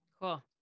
Cool